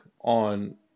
on